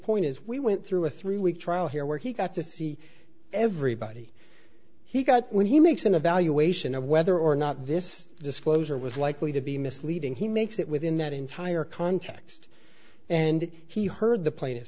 point is we went through a three week trial here where he got to see everybody he got when he makes an evaluation of whether or not this disclosure was likely to be misleading he makes it within that entire context and he heard the pla